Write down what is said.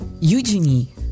Eugenie